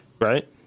right